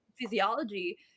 physiology